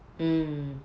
mm